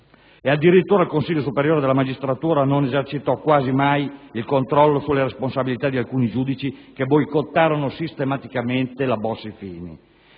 e addirittura il Consiglio superiore della magistratura non esercitò quasi mai il controllo sulle responsabilità di alcuni giudici che boicottarono sistematicamente lo stesso